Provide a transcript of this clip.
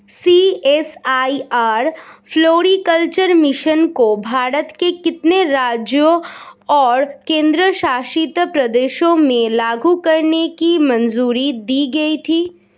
CSIR floriculture mission को भारत के कितने राज्यों और केंद्र शासित प्रदेशों में लागू करने की मंजूरी दी गई थी?